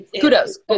kudos